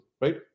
right